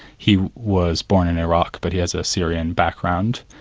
he was born in iraq but he has a syrian background,